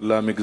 למגזר,